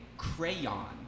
Crayon